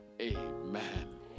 Amen